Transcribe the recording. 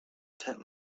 tent